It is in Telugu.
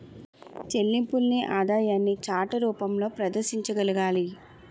చెల్లింపుల్ని ఆదాయాన్ని చార్ట్ రూపంలో ప్రదర్శించగలగాలి